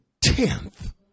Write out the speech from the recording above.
tenth